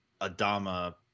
Adama